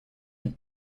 und